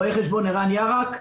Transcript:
רו"ח ערן יארק רנטו,